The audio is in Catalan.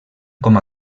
com